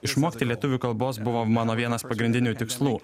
išmokti lietuvių kalbos buvo mano vienas pagrindinių tikslų